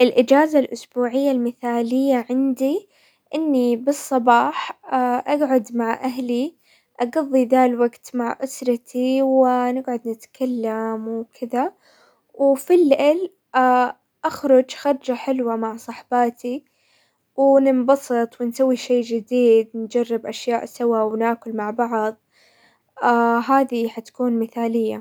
الاجازة الاسبوعية المثالية عندي اني بالصباح اقعد مع اهلي، اقضي ذا الوقت مع اسرتي ونقعد نتكلم وكذا، وفي الليل اخرج خرجة حلوة مع صحباتي وننبسط ونسوي شي جديد، نجرب اشياء سوا، وناكل مع بعض، هذي حتكون مثالية.